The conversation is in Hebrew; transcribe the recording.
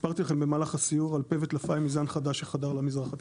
סיפרתי לכם במהלך הסיור על פה וטלפיים מזן חדש שחדר למזרח התיכון.